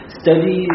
study